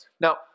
Now